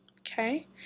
Okay